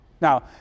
Now